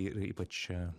ir ypač